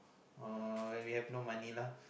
uh when we have no money lah